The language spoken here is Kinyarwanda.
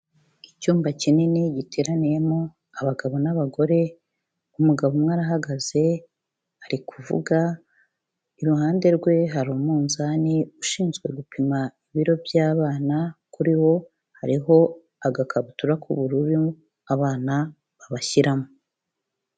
Icyumba kinini giteraniyemo abagabo n'abagore, umugabo umwe arahagaze ari kuvuga, iruhande rwe hari umunzani ushinzwe gupima ibiro by'abana, kuri wo hariho agakabutura k'ubururu abana babashyiramo.